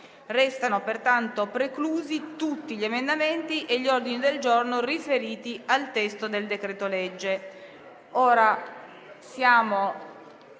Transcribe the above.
Risultano pertanto preclusi tutti gli emendamenti e gli ordini del giorno riferiti al testo del decreto-legge